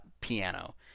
piano